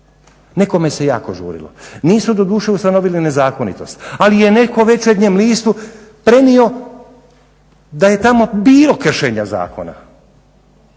nekome se jako žurilo. Nisu doduše ustanovili nezakonitost, ali je netko Večernjem listu prenio da je tamo bilo kršenja zakona,